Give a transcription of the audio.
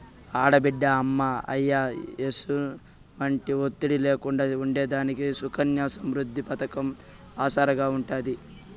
ఆడబిడ్డ అమ్మా, అయ్య ఎసుమంటి ఒత్తిడి లేకుండా ఉండేదానికి సుకన్య సమృద్ది పతకం ఆసరాగా ఉంటాది